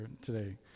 today